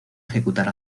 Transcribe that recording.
ejecutar